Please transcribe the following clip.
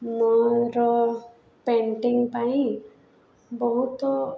ମୋର ପେଣ୍ଟିଂ ପାଇଁ ବହୁତ